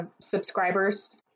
subscribers